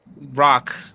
rock